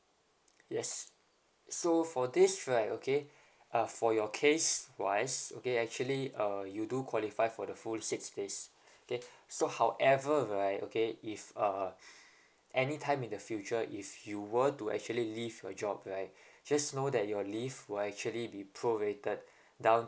yes so for this right okay uh for your case wise okay actually uh you do qualify for the full six days okay so however right okay if uh any time in the future if you were to actually leave your job right just know that your leave will actually be prorated down